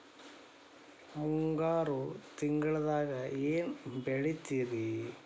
ಮುಂಗಾರು ತಿಂಗಳದಾಗ ಏನ್ ಬೆಳಿತಿರಿ?